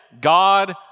God